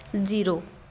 zero